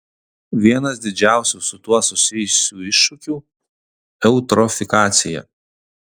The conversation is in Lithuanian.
vienas didžiausių su tuo susijusių iššūkių eutrofikacija